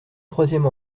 troisième